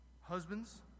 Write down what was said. husbands